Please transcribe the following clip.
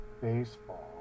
baseball